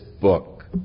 book